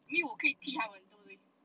I mean 我可以踢他们对不对